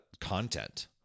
content